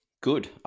Good